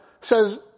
says